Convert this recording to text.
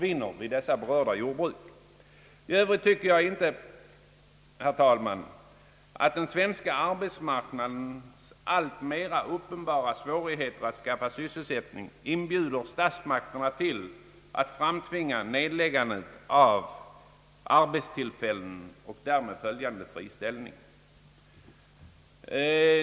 I övrigt tycker jag inte, herr talman, att den svenska arbetsmarknadens alltmera uppenbara svårigheter att skaffa sysselsättning inbjuder statsmakterna till att framtvinga nedläggandet av arbetstillfällen och därmed följande friställning.